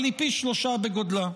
אבל הוא פי שלושה בגודלו.